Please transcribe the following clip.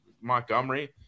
Montgomery